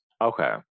Okay